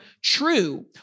true